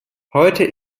heute